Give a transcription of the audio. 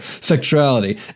sexuality